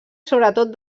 sobretot